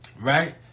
right